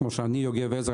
כמו שאני יוגב עזרא,